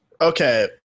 Okay